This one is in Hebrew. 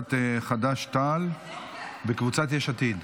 קבוצת חד"ש-תע"ל וקבוצת יש עתיד.